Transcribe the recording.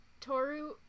Toru